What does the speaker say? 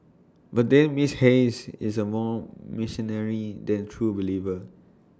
but then miss Hayes is A more mercenary than A true believer